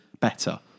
better